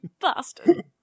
bastard